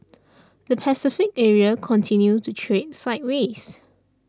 the Pacific area continued to trade sideways